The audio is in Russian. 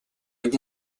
дня